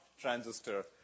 transistor